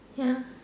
ya